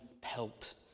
pelt